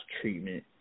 treatment